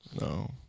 No